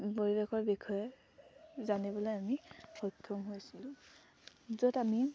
পৰিৱেশৰ বিষয়ে জানিবলৈ আমি সক্ষম হৈছিলোঁ য'ত আমি